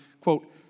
quote